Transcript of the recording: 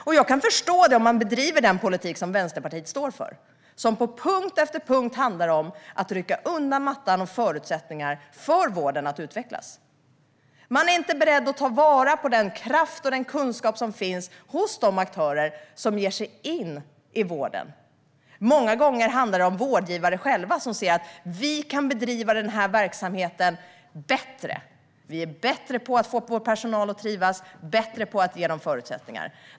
Och jag kan förstå det om man bedriver den politik som Vänsterpartiet står för, som på punkt efter punkt handlar om att rycka undan mattan och förutsättningarna för vården att utvecklas. Man är inte beredd att ta vara på den kraft och den kunskap som finns hos de aktörer som ger sig in i vården. Många gånger handlar det om vårdgivare som själva säger att de kan bedriva verksamheten bättre, att de är bättre på att få personal att trivas och bättre på att ge dem förutsättningar.